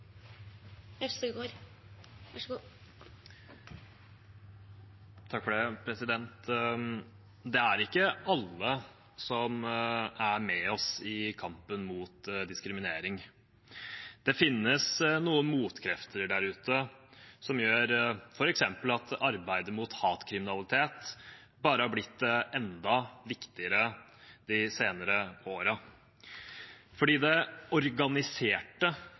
ikke alle som er med oss i kampen mot diskriminering. Det finnes noen motkrefter der ute som gjør at f.eks. arbeidet mot hatkriminalitet bare har blitt enda viktigere de senere årene. Det organiserte